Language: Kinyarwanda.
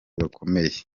bakomeye